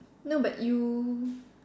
no but you